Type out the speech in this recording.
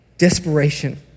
desperation